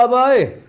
ah by